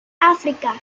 africa